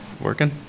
Working